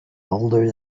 older